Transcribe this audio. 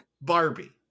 barbie